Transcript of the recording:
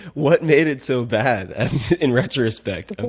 what made it so bad in retrospect?